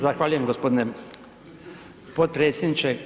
Zahvaljujem g. potpredsjedniče.